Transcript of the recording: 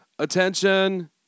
Attention